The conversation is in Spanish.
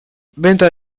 venta